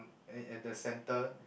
at at the center